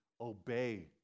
obey